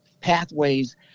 pathways